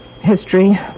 History